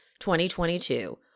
2022